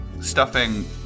stuffing